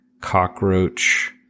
cockroach